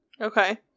Okay